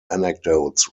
anecdotes